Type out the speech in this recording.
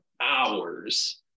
hours